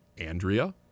Andrea